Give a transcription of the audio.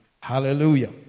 Hallelujah